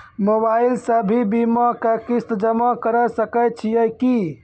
Mobile से भी बीमा के किस्त जमा करै सकैय छियै कि?